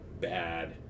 bad